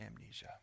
amnesia